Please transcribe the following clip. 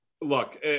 Look